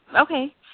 Okay